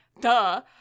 Duh